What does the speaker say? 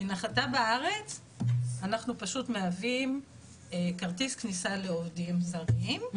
וכך אנחנו פשוט מהווים כרטיס כניסה לעובדים זרים,